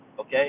Okay